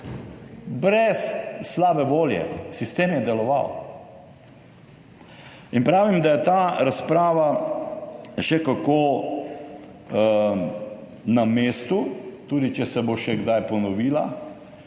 brez slabe volje. Sistem je deloval. Pravim, da je ta razprava še kako na mestu, tudi če se bo še kdaj ponovila.